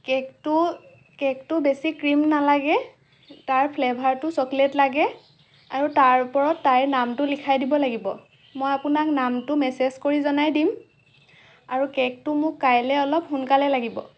কেকটো কেকটো বেছি ক্ৰীম নালাগে তাৰ ফ্লেভাৰটো চ'কলেট লাগে আৰু তাৰ ওপৰত তাইৰ নামটো লিখাই দিব লাগিব মই আপোনাক নামটো মেচেজ কৰি জনাই দিম আৰু কেকটো মোক কাইলৈ অলপ সোনকালে লাগিব